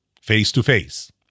face-to-face